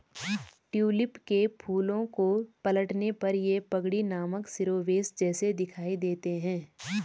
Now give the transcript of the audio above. tulip के फूलों को पलटने पर ये पगड़ी नामक शिरोवेश जैसे दिखाई देते हैं